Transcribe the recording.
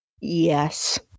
Yes